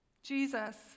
Jesus